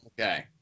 Okay